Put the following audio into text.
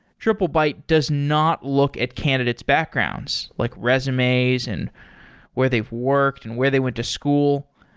triplebyte does not look at candidate's backgrounds, like resumes and where they've worked and where they went to school.